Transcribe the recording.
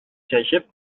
чәчеп